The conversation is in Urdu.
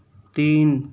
تین